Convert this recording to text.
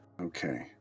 Okay